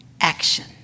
action